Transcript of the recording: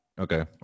okay